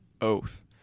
Oath